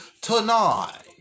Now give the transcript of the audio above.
tonight